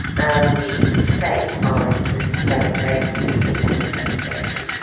and the state, by the systemic failings in this investigation,